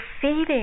feeding